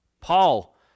Paul